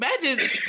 Imagine